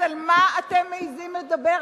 אז על מה את מעזים לדבר?